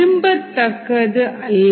விரும்பத்தக்கது அல்ல